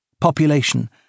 Population